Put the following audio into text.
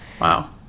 Wow